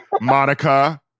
Monica